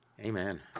Amen